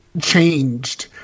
changed